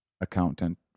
accountant